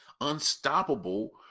Unstoppable